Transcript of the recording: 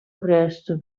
presto